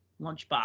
lunchbox